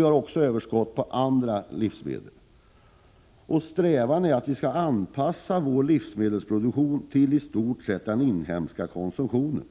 Vi har också överskott på andra livsmedel. Strävan är att anpassa livsmedelsproduktionen i stort sett till den inhemska konsumtionen.